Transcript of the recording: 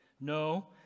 No